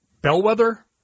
bellwether